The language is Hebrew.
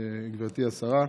גברתי השרה,